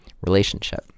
relationship